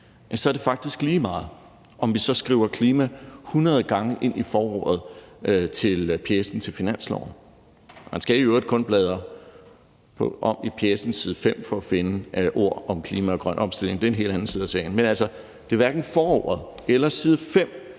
er det faktisk lige meget, om vi så skriver klima hundrede gange ind i forordet til pjecen til finanslovsforslaget. Man skal i øvrigt kun bladre om på pjecens side 5 for at finde ord om klima og grøn omstilling, men det er en helt anden side af sagen. Men det er altså hverken forordet eller side 5,